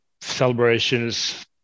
celebrations